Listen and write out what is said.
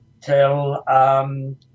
till